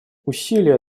усилия